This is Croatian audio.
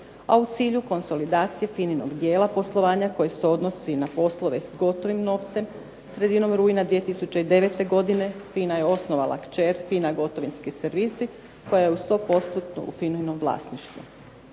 a u cilju konsolidacije FINA-inog dijela poslovanja koji se odnosi na poslove s gotovim novcem. Sredinom rujna 2009. godine FINA je osnovala kćer FINA gotovinski servisi koja je u sto postotnom FINA-inom vlasništvu.